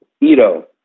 Ito